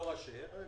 לא ראשי עיר.